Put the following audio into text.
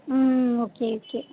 ம் okay okay